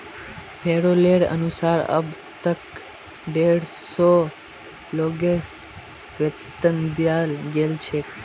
पैरोलेर अनुसार अब तक डेढ़ सौ लोगक वेतन दियाल गेल छेक